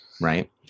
right